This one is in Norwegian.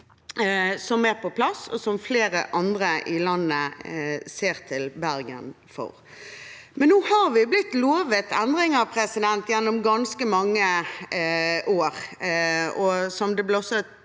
som er på plass, og som flere andre i landet ser til Bergen for. Nå har vi blitt lovet endringer gjennom ganske mange år.